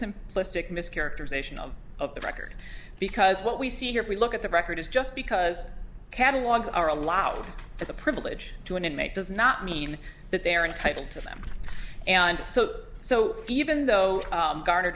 simplistic mischaracterization of of the record because what we see here if we look at the record is just because catalogues are allowed as a privilege to an inmate does not mean that they're entitled to them and so so even though